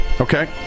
okay